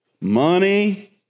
money